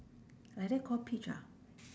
like that call peach ah